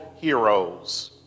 Heroes